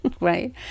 Right